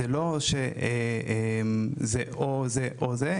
זה לא אומר שזה או זה או זה,